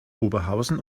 oberhausen